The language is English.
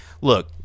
look